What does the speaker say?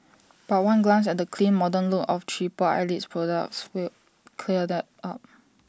but one glance at the clean modern look of triple Eyelid's products will clear that up